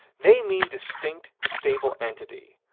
they mean distinct, stable entity,